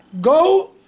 Go